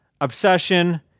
Obsession